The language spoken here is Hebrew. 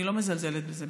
אני לא מזלזלת בזה.